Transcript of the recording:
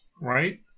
right